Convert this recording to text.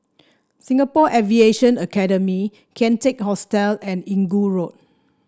Singapore Aviation Academy Kian Teck Hostel and Inggu Road